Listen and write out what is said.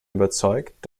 überzeugt